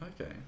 Okay